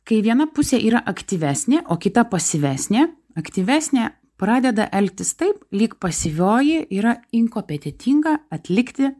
kai viena pusė yra aktyvesnė o kita pasyvesnė aktyvesnė pradeda elgtis taip lyg pasyvioji yra inkompetentinga atlikti